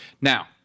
Now